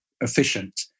efficient